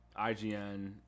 IGN